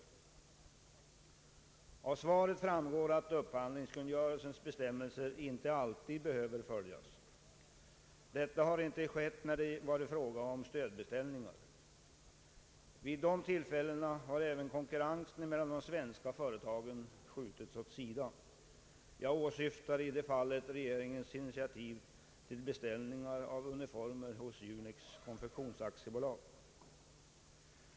Av svaret framgår att upphandlingskungörelsens bestämmelser inte alltid behöver följas. Detta har icke skett när det varit fråga om stödbeställningar. Vid dessa tillfällen har även konkurrensen emellan de svenska företagen skjutits åt sidan. Jag åsyftar i det fallet regeringens initiativ till beställningar av uniformer hos Junex konfektions AB.